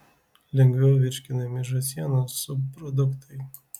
lengviau virškinami žąsienos subproduktai